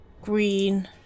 Green